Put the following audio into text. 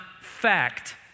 fact